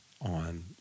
on